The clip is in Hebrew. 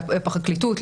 לפרקליטות,